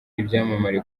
ibyamamare